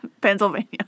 Pennsylvania